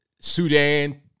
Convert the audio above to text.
Sudan